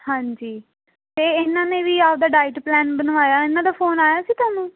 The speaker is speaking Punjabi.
ਹਾਂਜੀ ਅਤੇ ਇਹਨਾਂ ਨੇ ਵੀ ਆਪਦਾ ਡਾਇਟ ਪਲਾਨ ਬਣਵਾਇਆ ਇਹਨਾਂ ਦਾ ਫੋਨ ਆਇਆ ਸੀ ਤੁਹਾਨੂੰ